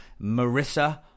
Marissa